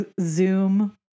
Zoom